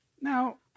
Now